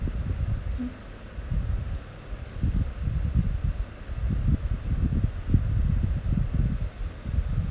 mm